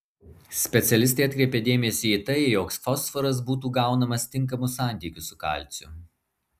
specialistė atkreipia dėmesį į tai jog fosforas būtų gaunamas tinkamu santykiu su kalciu